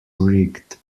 rigged